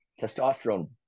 testosterone